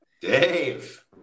Dave